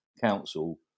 Council